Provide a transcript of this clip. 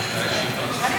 אדוני, עד עשר דקות לרשותך,